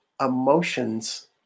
emotions